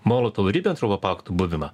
molotovo ribentropo pakto buvimą